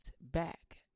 back